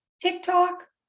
TikTok